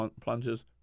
plunges